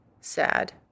sad